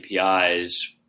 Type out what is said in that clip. APIs